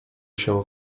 się